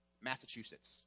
Massachusetts